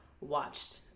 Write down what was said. watched